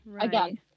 again